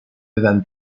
event